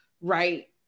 right